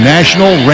National